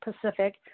Pacific